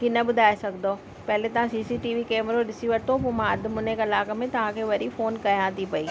की न ॿुधाए सघंदो पहिले तव्हां सी सी टी वी कैमरो ॾिसी वठो पोइ मां अधु मुने कलाक में तव्हांखे वरी फ़ोन कयां थी पई